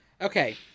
Okay